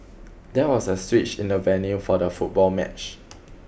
there was a switch in the venue for the football match